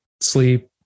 sleep